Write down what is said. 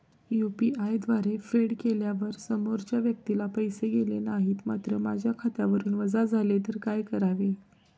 UPI द्वारे फेड केल्यावर समोरच्या व्यक्तीला पैसे गेले नाहीत मात्र माझ्या खात्यावरून वजा झाले तर काय करावे?